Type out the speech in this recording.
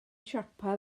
siopa